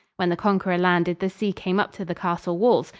when the conqueror landed the sea came up to the castle walls,